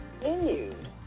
continued